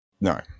No